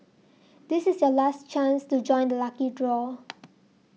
this is your last chance to join the lucky draw